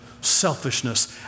selfishness